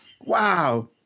wow